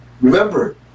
Remember